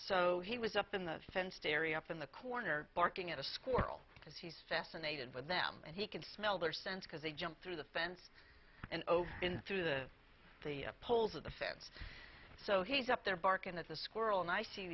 so he was up in the fenced area up in the corner barking at a squirrel because he's fascinated with them and he can smell their sense because they jump through the fence and over in through the the poles of the fence so he's up there barking at the squirrel and i see